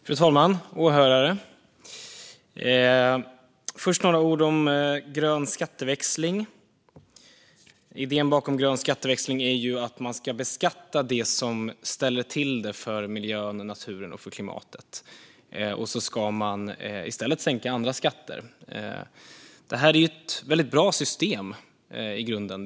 Fru talman och åhörare! Jag ska först säga några ord om grön skatteväxling. Idén bakom grön skatteväxling är att man ska beskatta det som ställer till det för miljön, naturen och klimatet och i stället sänka andra skatter. Detta är ett väldigt bra system i grunden.